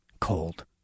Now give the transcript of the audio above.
cold